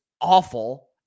awful